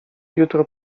jutro